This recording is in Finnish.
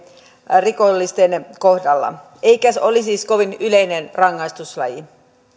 rikollisten kohdalla eikä olisi siis kovin yleinen rangaistuslaji